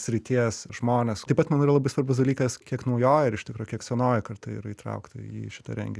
srities žmonės taip pat man yra labai svarbus dalykas kiek naujoji ir iš tikro kiek senoji karta yra įtraukta į šitą renginį